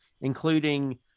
including